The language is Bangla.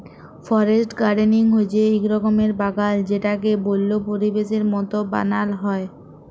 ফরেস্ট গার্ডেনিং হচ্যে এক রকমের বাগাল যেটাকে বল্য পরিবেশের মত বানাল হ্যয়